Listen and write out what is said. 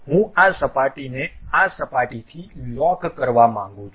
હવે હું આ સપાટીને આ સપાટીથી લોક કરવા માંગું છું